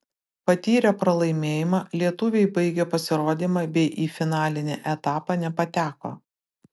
patyrę pralaimėjimą lietuviai baigė pasirodymą bei į finalinį etapą nepateko